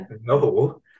no